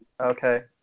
Okay